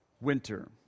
winter